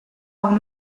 uno